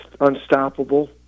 unstoppable